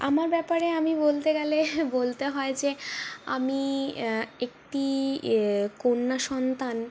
আমার ব্যাপারে আমি বলতে গেলে বলতে হয় যে আমি একটি কন্যা সন্তান